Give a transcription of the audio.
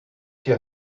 dir